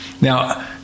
now